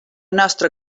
nostra